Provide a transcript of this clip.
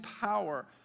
power